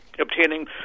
obtaining